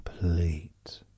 Complete